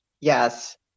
Yes